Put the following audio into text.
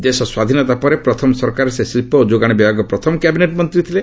ଦେଶ ସ୍ୱାଧୀନତା ପରେ ପ୍ରଥମ ସରକାରରେ ସେ ଶିଳ୍ପ ଓ ଯୋଗାଣ ବିଭାଗ ପ୍ରଥମ କ୍ୟାବିନେଟ୍ ମନ୍ତ୍ରୀ ଥିଲେ